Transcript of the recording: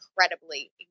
incredibly